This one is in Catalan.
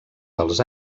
dels